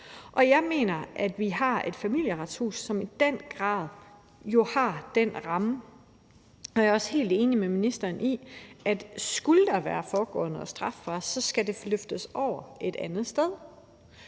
Jeg mener, vi har et Familieretshus, som i den grad har den ramme. Jeg er også helt enig med ministeren i, at skulle der være foregået noget strafbart, så skal det løftes over et andet sted.